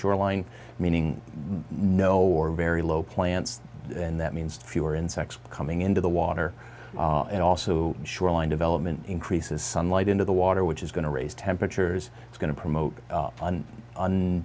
shoreline meaning no or very low plants and that means fewer insects coming into the water and also shoreline development increases sunlight into the water which is going to raise temperatures it's going to promote